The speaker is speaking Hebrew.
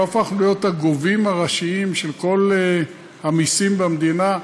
לא הפכנו להיות הגובים הראשיים של כל המסים במדינה,